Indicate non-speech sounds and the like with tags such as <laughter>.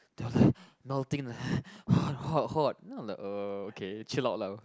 they were <breath> like melting like <breath> hot hot hot then I'm like err okay chill out lah